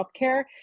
healthcare